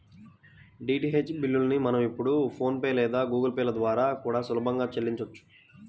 DTH బిల్లుల్ని మనం ఇప్పుడు ఫోన్ పే లేదా గుగుల్ పే ల ద్వారా కూడా సులభంగా చెల్లించొచ్చు